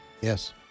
Yes